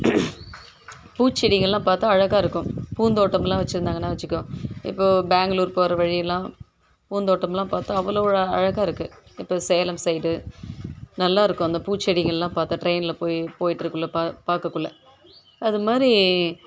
பூச்செடிங்கல்லாம் பார்த்தா அழகாகருக்கும் பூந்தோட்டம்லாம் வச்சிருந்தாங்கன்னா வச்சிக்கோ இப்போ பெங்களுர் போகற வழியெல்லாம் பூந்தோட்டமெல்லாம் பார்த்தா அவ்வளோ ஒரு அழகாக இருக்கு இப்போ சேலம் சைடு நல்லா இருக்கும் அந்த பூச்செடிங்ககெல்லாம் பார்த்தா ட்ரெயினில் போய் போயிட்ருக்குள்ளே பா பார்க்கக்குள்ள அது மாதிரி